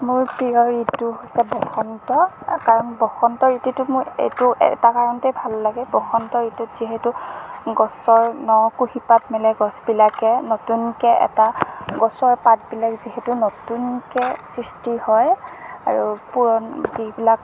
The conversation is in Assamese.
মোৰ প্ৰিয় ঋতু হৈছে বসন্ত কাৰণ বসন্ত ঋতুটো মোৰ এইটো এটা কাৰণতেই ভাল লাগে বসন্ত ঋতুত যিহেতু গছৰ ন কুঁহিপাত মেলে গছবিলাকে নতুনকৈ এটা গছৰ পাতবিলাক যিহেতু নতুনকৈ সৃষ্টি হয় আৰু পুৰণ যিবিলাক